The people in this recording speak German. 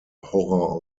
horror